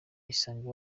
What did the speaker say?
isange